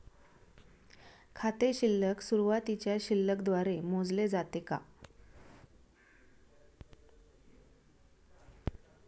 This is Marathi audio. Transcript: खाते शिल्लक सुरुवातीच्या शिल्लक द्वारे मोजले जाते का?